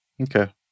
Okay